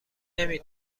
نمی